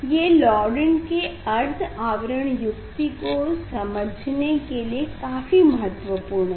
ये लौरेंट के अर्ध आवरण युक्ति को समझने के लिए काफी महत्वपूर्ण है